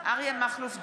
אריה מכלוף דרעי,